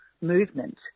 movement